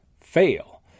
fail